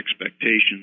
expectations